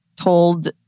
told